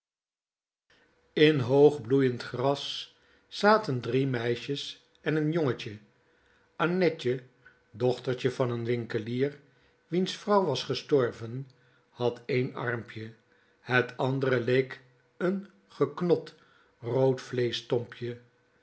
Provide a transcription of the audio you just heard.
in hoog bloeiend gras zaten drie meisjes en een jongetje annetje dochtertje van n winkelier wiens vrouw was gestorven had één armpje het andre leek n geknot rood